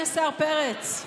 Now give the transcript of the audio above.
פרץ,